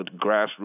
grassroots